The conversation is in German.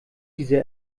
diese